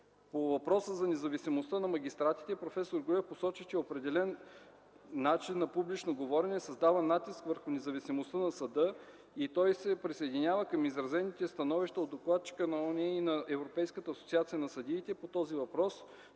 По въпроса за независимостта на магистратите проф. Груев посочи, че определен начин на публично говорене създава натиск върху независимостта на съда и той се присъединява към изразените становища от докладчика на ООН и на Европейската асоциация на съдиите по този въпрос,